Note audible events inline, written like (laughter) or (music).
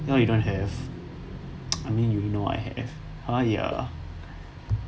no you don't have (noise) I mean you don't know I have !aiya!